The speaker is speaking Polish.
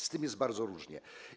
Z tym jest bardzo różnie.